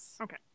okay